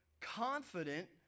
confident